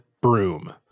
broom